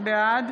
בעד